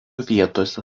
vietose